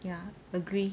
ya agree